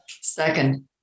Second